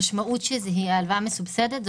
המשמעות שזה יהיה הלוואה מסובסדת זה